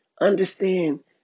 understand